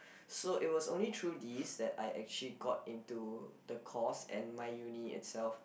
so it was only through these that I actually got into the course and my uni itself